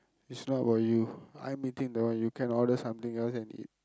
it's not about you I'm eating that one you can order something else and eat